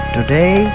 Today